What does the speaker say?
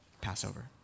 Passover